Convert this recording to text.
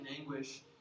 anguish